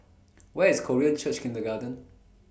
Where IS Korean Church Kindergarten